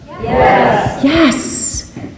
yes